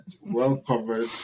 well-covered